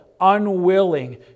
unwilling